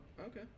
okay